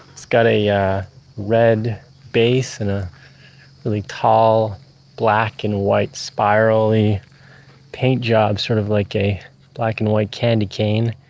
it's got a yeah red base and a really tall black and white spirally paint job, sort of like a black like and white candy cane.